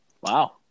Wow